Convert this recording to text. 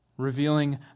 revealing